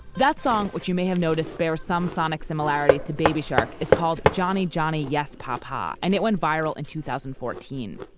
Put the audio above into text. that song, which you may have noticed bear some sonic similarities to baby shark, is called johnny johnny yes papa ah and it went viral in two thousand and fourteen.